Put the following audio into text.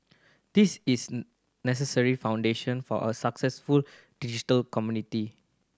this is necessary foundation for a successful digital community